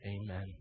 amen